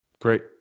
Great